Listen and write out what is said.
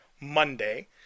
Monday